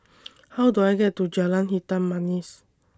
How Do I get to Jalan Hitam Manis